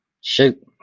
Shoot